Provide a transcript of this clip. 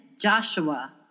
Joshua